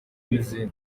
n’izindi